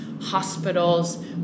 hospitals